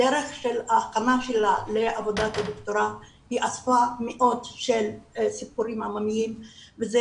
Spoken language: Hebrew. דרך ההכנה שלה לעבודת הדוקטורט היא אספה מאות של סיפורים עממיים וזה